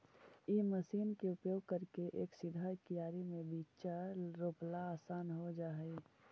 इ मशीन के उपयोग करके एक सीधा कियारी में बीचा रोपला असान हो जा हई